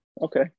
okay